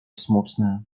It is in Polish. smutny